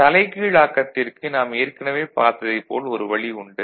தலைகீழாக்கத்திற்கு நாம் ஏற்கனவே பார்த்ததைப் போல் ஒரு வழி உண்டு